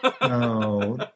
No